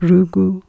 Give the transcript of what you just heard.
Rugu